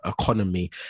economy